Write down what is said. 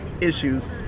issues